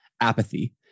apathy